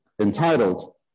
entitled